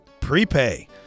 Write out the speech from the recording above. prepay